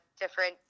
different